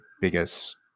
biggest